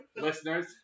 Listeners